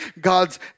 God's